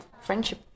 friendship